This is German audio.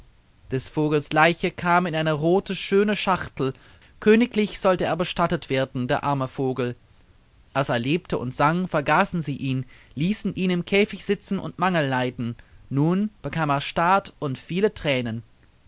des vogels leiche kam in eine rote schöne schachtel königlich sollte er bestattet werden der arme vogel als er lebte und sang vergaßen sie ihn ließen ihn im käfig sitzen und mangel leiden nun bekam er staat und viele thränen